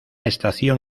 estación